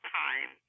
time